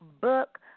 book